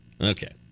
okay